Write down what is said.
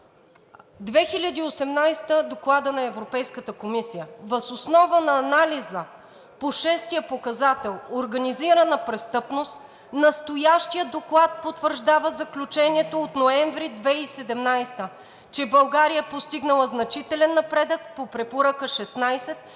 2018 г. – Доклад на Европейската комисия въз основа на анализа по шестия показател, организираната престъпност: „Настоящият доклад потвърждава заключението от ноември 2017 г., че България е постигнала значителен напредък по Препоръка 16